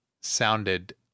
sounded